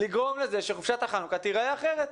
לגרום לכך שחופשת החנוכה תיראה אחרת.